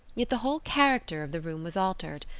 yet the whole character of the room was altered.